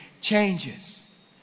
changes